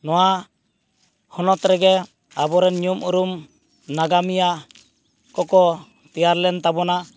ᱱᱚᱣᱟ ᱦᱚᱱᱚᱛ ᱨᱮᱜᱮ ᱟᱵᱚᱨᱮᱱ ᱧᱩᱢᱩᱨᱩᱢ ᱱᱟᱜᱟᱢᱤᱭᱟ ᱠᱚᱠᱚ ᱛᱮᱭᱟᱨᱞᱮᱱ ᱛᱟᱵᱚᱱᱟ